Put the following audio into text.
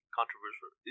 controversial